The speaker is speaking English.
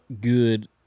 good